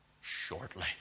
shortly